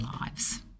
lives